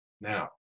now